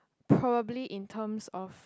probably in terms of